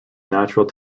natural